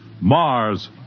Mars